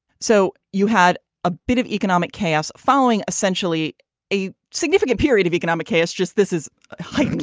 so you had a bit of economic chaos following essentially a significant period of economic chaos just this is how i.